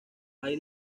hay